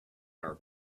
our